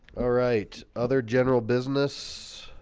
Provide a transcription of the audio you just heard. all right other general business